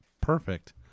Perfect